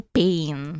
pain